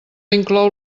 inclou